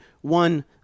One